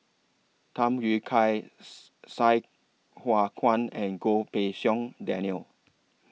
Tham Yui Kai Sai Hua Kuan and Goh Pei Siong Daniel